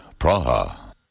Praha